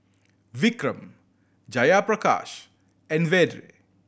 Vikram Jayaprakash and Vedre